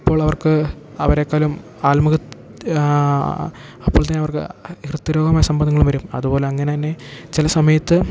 അപ്പോഴവർക്ക് അവരേക്കാളും ആത്മഹ അപ്പോൾത്തന്നെയവർക്ക് ഹൃദ്രോഗ സംബന്ധങ്ങൾ വരും അതുപോലങ്ങനെന്നെ ചില സമയത്ത്